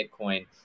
Bitcoin